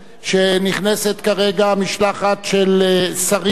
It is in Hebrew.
שנכנסת כרגע משלחת של שרים,